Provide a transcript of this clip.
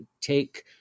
take